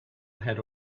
had